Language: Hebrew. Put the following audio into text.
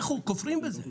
אנחנו כופרים בזה.